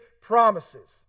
promises